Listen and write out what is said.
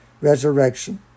resurrection